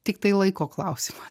tiktai laiko klausima